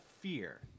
fear